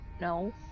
No